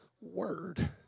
word